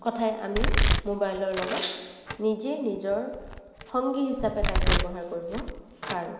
কথাই আমি মোবাইলৰ লগত নিজে নিজৰ সংগী হিচাপে তাক ব্যৱহাৰ কৰিব পাৰোঁ